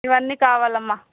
ఇవి అన్నీ కావాలి అమ్మ